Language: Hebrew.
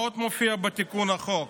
מה עוד מופיע בתיקון החוק?